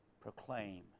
proclaim